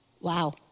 Wow